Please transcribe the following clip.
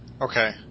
Okay